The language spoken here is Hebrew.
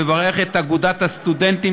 לברך את אגודת הסטודנטים,